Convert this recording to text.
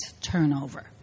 turnover